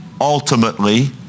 ultimately